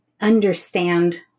understand